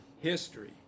history